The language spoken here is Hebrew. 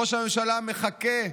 ראש הממשלה מחכה,